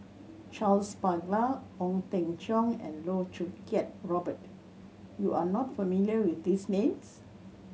Charles Paglar Ong Teng Cheong and Loh Choo Kiat Robert you are not familiar with these names